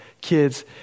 kids